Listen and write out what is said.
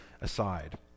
aside